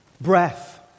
Breath